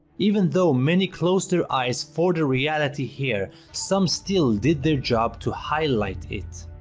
even though many closed their eyes for the reality here, some still did their job to highlight it.